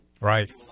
Right